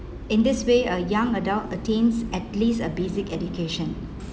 in this way a young adult attains at least a basic education